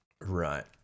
Right